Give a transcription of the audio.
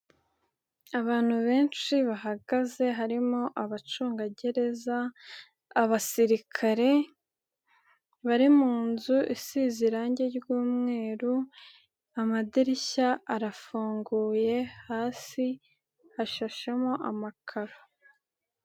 Abantu benshi bahagaze, harimo: abacungagereza, abasirikare, bari muzu isize irangi ry'umweru, amadirishya arafunguye hasi hashashemo amakaro.